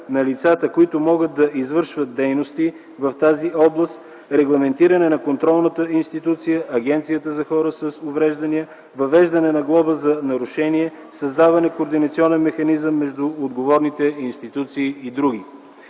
на лицата, които могат да извършват дейности в тази област, регламентиране на контролната институция, Агенцията за хората с увреждания, въвеждане на глоба за нарушения, създаване на координационен механизъм между отговорните институции и други.